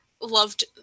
loved